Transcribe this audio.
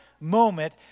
moment